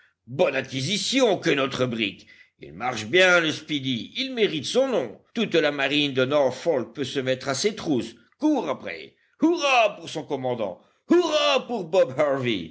bonne acquisition que notre brick il marche bien le speedy il mérite son nom toute la marine de norfolk peut se mettre à ses trousses cours après hurrah pour son commandant hurrah pour bob harvey